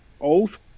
old